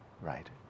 right